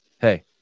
Hey